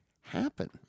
happen